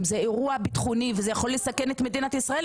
אם זה אירוע ביטחוני וזה יכול לסכן את מדינת ישראל,